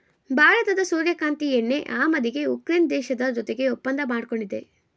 ಭಾರತದ ಸೂರ್ಯಕಾಂತಿ ಎಣ್ಣೆ ಆಮದಿಗೆ ಉಕ್ರೇನ್ ದೇಶದ ಜೊತೆಗೆ ಒಪ್ಪಂದ ಮಾಡ್ಕೊಂಡಿದೆ